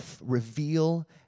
reveal